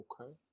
Okay